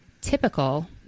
typical